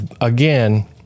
again